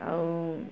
ଆଉ